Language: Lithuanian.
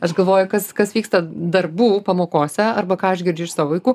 aš galvoju kas kas vyksta darbų pamokose arba ką aš girdžiu iš savo vaikų